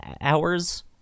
hours